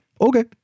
okay